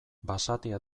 basatia